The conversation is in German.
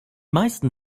meisten